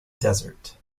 desert